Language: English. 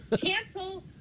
Cancel